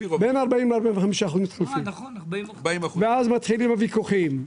בין 40% ל-45% מתחלפים, ואז מתחילים הוויכוחים.